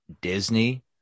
disney